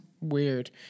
Weird